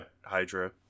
HYDRA